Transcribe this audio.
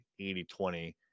8020